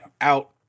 out